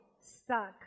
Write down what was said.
stuck